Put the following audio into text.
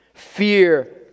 Fear